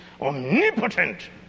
omnipotent